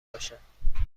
باشم